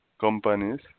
companies